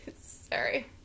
Sorry